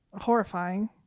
horrifying